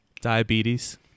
diabetes